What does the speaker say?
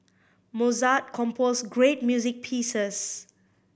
Mozart composed great music pieces